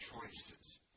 choices